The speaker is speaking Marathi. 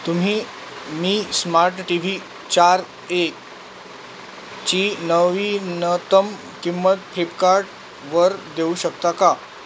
तुम्ही मी स्मार्ट टी व्ही चार एक ची नवीनतम किंमत फ्लिपकार्टवर देऊ शकता का